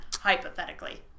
hypothetically